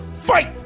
Fight